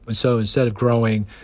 and so instead of growing,